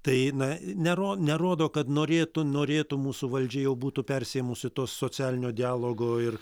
tai na nero nerodo kad norėtų norėtų mūsų valdžia jau būtų persiėmusi to socialinio dialogo ir